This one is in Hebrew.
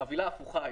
חבילה הפוכה.